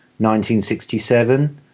1967